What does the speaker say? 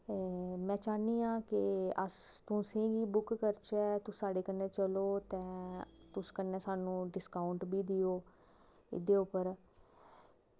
ते में चाह्नी आं कि अस तुसेंगी बुक करचै ते तुस साढ़े कन्नै चलो ते तुस साढ़े कन्नै चलो ते तुस सानूं डिस्काऊंट बी देओ एह्दे उप्पर